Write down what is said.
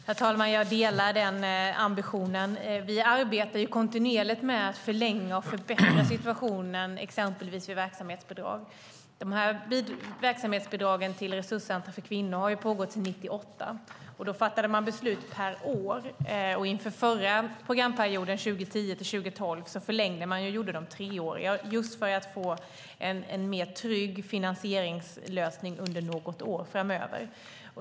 Herr talman! Jag delar den ambitionen. Vi arbetar kontinuerligt med att förlänga och förbättra situationen vid exempelvis verksamhetsbidrag. Verksamhetsbidragen till resurscentrum för kvinnor har ju utbetalats sedan 1998. Då fattade man beslut per år. Inför förra programperioden, 2010-2012, förlängde man och gjorde perioderna treåriga just för att få en mer trygg finansieringslösning under något år framöver.